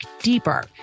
deeper